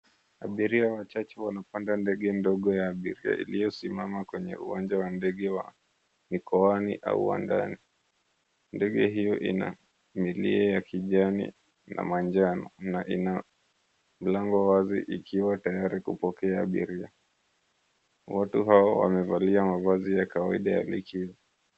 Abiria wachache wanapanda ndege ndogo ya abiria iliyosimama kwenye uwanja wa ndege wa mikoani au wa ndani. Ndege hiyo ina milia ya kijani na manjano na ina mlango wazi ikiwa tayari kupokea abiria. Watu hao wamevalia mavazi ya kawaida ya likizo.